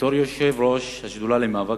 בתור יושב-ראש השדולה למאבק